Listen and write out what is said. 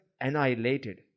annihilated